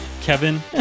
Kevin